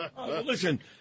Listen